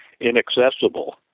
inaccessible